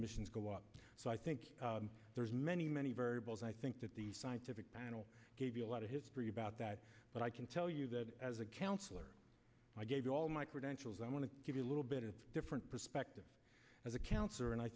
the missions go up so i think there's many many variables and i think that the scientific panel gave you a lot of history about that but i can tell you that as a counselor i gave you all my credentials i want to give you a little bit different perspective as a counselor and i